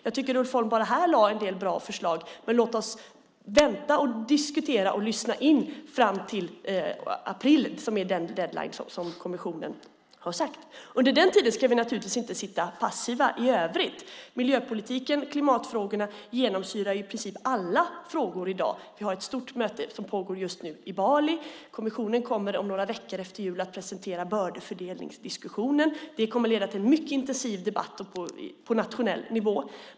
Jag tycker att Ulf Holm bara här lade fram en del bra förslag, men låt oss vänta, diskutera och lyssna in fram till april, som är den deadline som kommissionen har satt. Under den tiden ska vi naturligtvis inte sitta passiva i övrigt. Miljöpolitiken och klimatfrågorna genomsyrar i princip alla frågor i dag. Vi har ett stort möte som pågår just nu i Bali. Kommissionen kommer några veckor efter jul att presentera bördefördelningsdiskussionen, och det kommer att leda till en mycket intensiv debatt på nationell nivå.